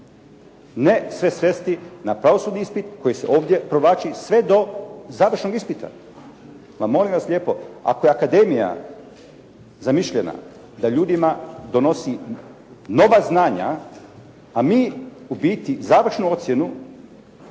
Ne sve svesti na pravosudni ispit koji se ovdje provlači sve do završnog ispita. Ma molim vas lijepo ako je akademija zamišljena da ljudima donosi nova znanja, a mi u biti završnu ocjenu